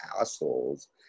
assholes